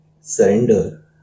surrender